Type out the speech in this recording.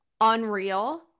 unreal